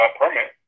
permit